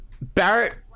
barrett